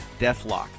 Deathlock